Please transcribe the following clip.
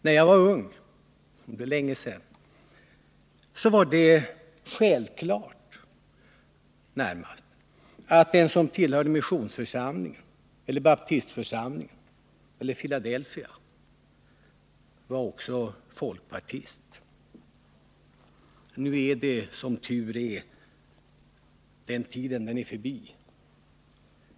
När jag var ung — det är länge sedan — var det närmast självklart att den som tillhörde missionsförsamlingen, baptistförsamlingen eller Filadelfiaförsamlingen också var folkpartist. Men nu är, som väl är, den tiden förbi.